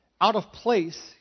out-of-place